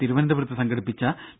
തിരുവന്തപുരത്ത് സംഘടിപ്പിച്ച പി